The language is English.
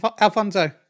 Alfonso